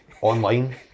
online